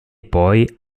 poi